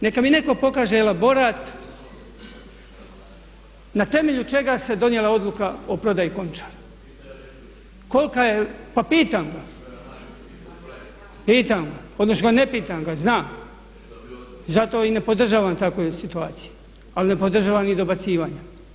Neka mi netko pokaže elaborat na temelju čega se donijela odluka o prodaji Končara? … [[Upadica se ne čuje.]] Pa pitam ga, pitam ga, odnosno ne pitam ga znam zato i ne podržavam takvu situaciju, ali ne podržavam ni dobacivanja.